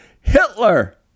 Hitler